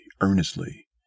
earnestly